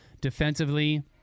defensively